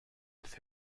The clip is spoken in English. its